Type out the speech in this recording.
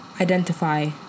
identify